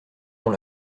dans